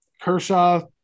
Kershaw